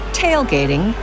tailgating